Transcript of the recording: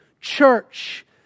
church